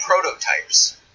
prototypes